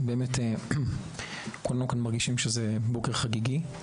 באמת כולם פה מרגישים שזה בוקר חגיגי.